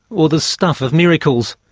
or the stuff of miracles?